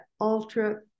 ultra